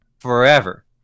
forever